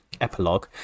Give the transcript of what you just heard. epilogue